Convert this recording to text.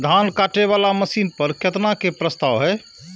धान काटे वाला मशीन पर केतना के प्रस्ताव हय?